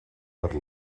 per